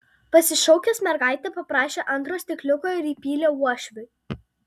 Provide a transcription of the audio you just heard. pasišaukęs mergaitę paprašė antro stikliuko ir įpylė uošviui